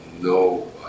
no